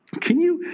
can you.